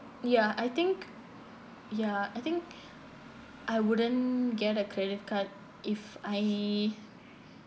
ya I think ya I think I wouldn't get a credit card if I